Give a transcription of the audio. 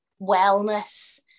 wellness